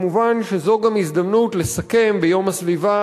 כמובן זו גם הזדמנות לסכם ביום הסביבה